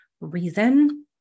reason